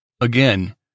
Again